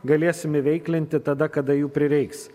galėsim įveiklinti tada kada jų prireiks